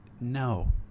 No